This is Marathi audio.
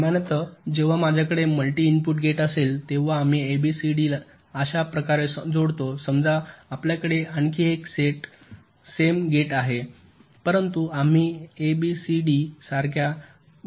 सामान्यत जेव्हा आपल्याकडे मल्टी इनपुट गेट असेल तेव्हा आम्ही एबीसीडीला अशा प्रकारे जोडतो समजा आपल्याकडे आणखी एक सेम गेट आहे परंतु आम्ही एडीसीबी सारख्या गेट्सला जोडतो